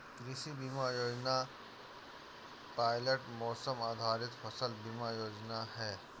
कृषि बीमा योजना पायलट मौसम आधारित फसल बीमा योजना है